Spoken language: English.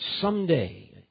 someday